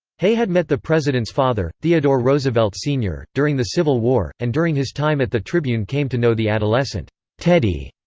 hay had met the president's father, theodore roosevelt, sr, during the civil war, and during his time at the tribune came to know the adolescent teddy,